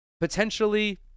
Potentially